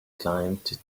climbed